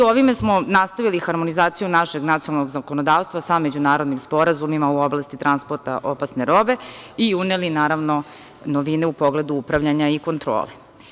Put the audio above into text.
Ovim smo nastavili harmonizaciju našeg nacionalnog zakonodavstva sa međunarodnim sporazumima u oblasti transporta opasne robe i uneli naravno novine u pogledu upravljanja kontrole.